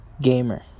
gamer